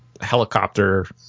helicopter